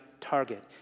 target